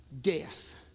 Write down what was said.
death